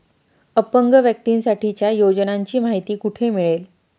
अपंग व्यक्तीसाठीच्या योजनांची माहिती कुठे मिळेल?